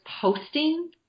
posting